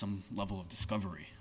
some level of discovery